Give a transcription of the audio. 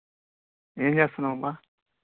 ఏమి చేస్తున్నావు అమ్మ